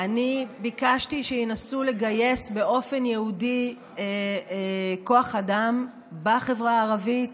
אני ביקשתי שינסו לגייס באופן ייעודי כוח אדם בחברה הערבית